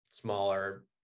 smaller